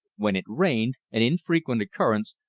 when it rained, an infrequent occurrence,